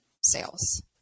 sales